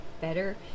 better